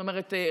זאת אומרת,